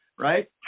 right